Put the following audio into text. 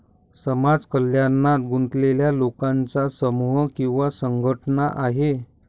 समाज कल्याणात गुंतलेल्या लोकांचा समूह किंवा संघटना आहे